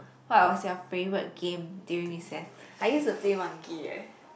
what was your favourite game during recess I use to play monkey eh